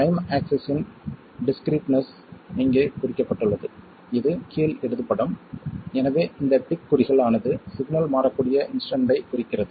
time axis இன் discreteness இங்கே குறிக்கப்பட்டுள்ளது இது கீழ் இடது படம் எனவே இந்த டிக் குறிகள் ஆனது சிக்னல் மாறக்கூடிய இன்ஸ்டன்ட்டைக் குறிக்கிறது